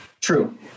True